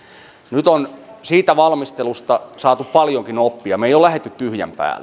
nyt on siitä valmistelusta saatu paljonkin oppia me emme ole lähteneet tyhjän päältä